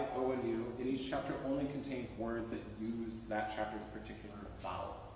o, and u and each chapter only contains words that use that chapter's particular vowel.